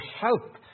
help